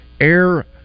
Air